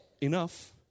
enough